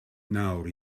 nawr